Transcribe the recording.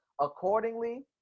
accordingly